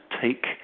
take